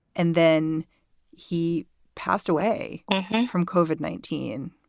and then he passed away from cauvin nineteen.